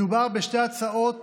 מדובר בשתי הצעות